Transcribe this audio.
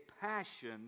passion